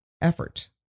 effort